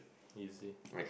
easy